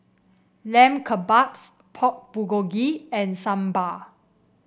Lamb Kebabs Pork Bulgogi and Sambar